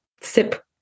SIP